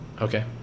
Okay